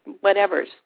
whatever's